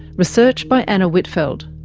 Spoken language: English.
research by anna whitfeld,